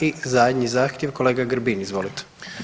I zadnji zahtjev kolega Grbin, izvolite.